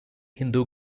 hindu